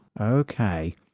okay